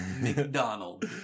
McDonald